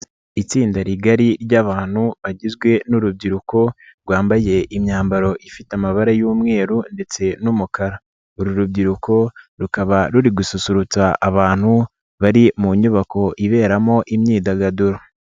Itsinda rigari ry'abantu bagizwe n'urubyiruko rwambaye imyambaro ifite amabara y'umweru ndetse n'umukara, uru rubyiruko rukaba ruri gususurutsa abantu bari mu nyubako iberamo imyidagaduro.